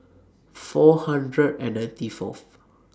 four hundred and ninety Fourth